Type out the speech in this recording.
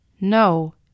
No